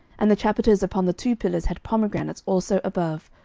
and the chapiters upon the two pillars had pomegranates also above,